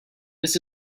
this